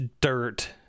dirt